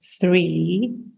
three